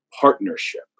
partnership